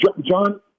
john